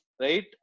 right